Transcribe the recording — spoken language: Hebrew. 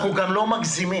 אנחנו גם לא מגזימים.